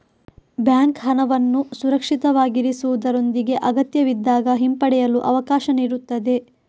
bank ಹಣವನ್ನು ಸುರಕ್ಷಿತವಾಗಿರಿಸುವುದರೊಂದಿಗೆ ಅಗತ್ಯವಿದ್ದಾಗ ಹಿಂಪಡೆಯಲು ಅವಕಾಶ ನೀಡುತ್ತದೆ